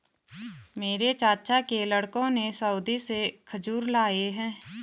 मेरे चाचा के लड़कों ने सऊदी से खजूर लाए हैं